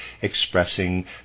expressing